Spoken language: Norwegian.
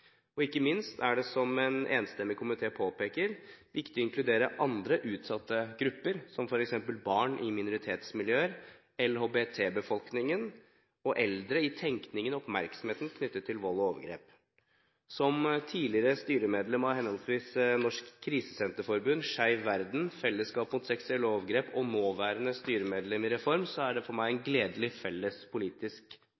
Ikke minst er det viktig, som en enstemmig komité påpeker, å inkludere andre utsatte grupper som f.eks. barn i minoritetsmiljøer, LHBT-befolkningen og eldre når det gjelder tenkningen og oppmerksomheten knyttet til vold og overgrep. Som tidligere styremedlem av henholdsvis Norsk Krisesenterforbund, Skeiv Verden, Fellesskap mot seksuelle overgrep og nåværende styremedlem i Reform er dette for meg en